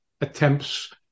attempts